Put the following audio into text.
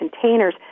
containers